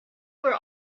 were